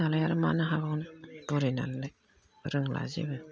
दालाय आरो मानो हाबावनो बुरैनानैलाय रोंला जेबो